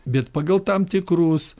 bet pagal tam tikrus